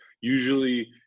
usually